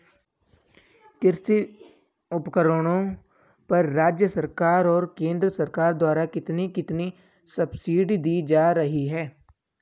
कृषि उपकरणों पर राज्य सरकार और केंद्र सरकार द्वारा कितनी कितनी सब्सिडी दी जा रही है?